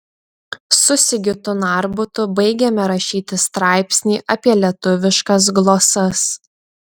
su sigitu narbutu baigėme rašyti straipsnį apie lietuviškas glosas